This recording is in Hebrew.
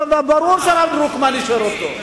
ברור שהרב דרוקמן אישר אותו.